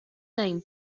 name